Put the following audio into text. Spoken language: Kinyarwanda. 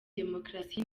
demokarasi